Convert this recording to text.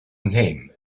name